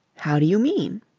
how do you mean?